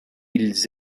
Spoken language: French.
ils